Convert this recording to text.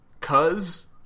cause